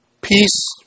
Peace